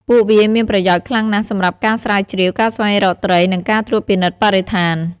ពួកវាមានប្រយោជន៍ខ្លាំងណាស់សម្រាប់ការស្រាវជ្រាវ ការស្វែងរកត្រី និងការត្រួតពិនិត្យបរិស្ថាន។